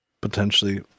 Potentially